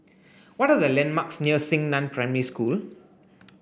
what the landmarks near Xingnan Primary School